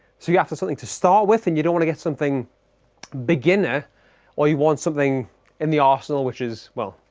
so you have to something to start with and you don't wanna get something beginner or you want something in the arsenal arsenal which is, well,